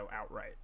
outright